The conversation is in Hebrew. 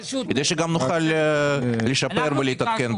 כדי שגם נוכל לשפר ולהתעדכן.